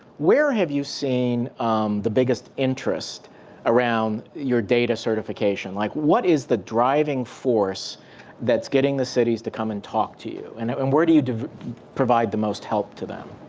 where have you seen the biggest interest around your data certification? like what is the driving force that's getting the cities to come and talk to you? and ah and where do you provide the most help to them?